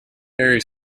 perry